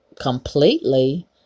completely